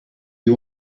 you